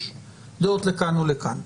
יש דעות לכאן ולכאן.